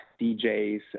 DJs